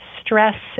stress